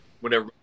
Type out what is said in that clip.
whenever